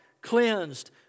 cleansed